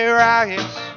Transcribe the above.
rise